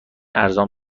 ارزان